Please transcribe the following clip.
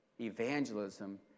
evangelism